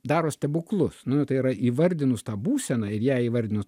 daro stebuklus nu tai yra įvardinus tą būseną ir ją įvardinus